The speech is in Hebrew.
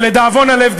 ולדאבון הלב,